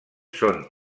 són